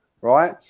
right